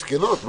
מסכנות.